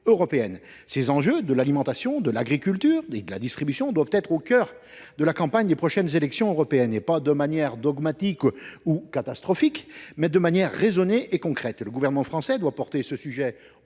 s’agisse de l’alimentation, de l’agriculture ou de la distribution, doivent donc être au cœur de la campagne des prochaines élections européennes, et ce non pas de manière dogmatique ou catastrophiste, mais de manière raisonnée et concrète. Le Gouvernement français doit défendre ce sujet à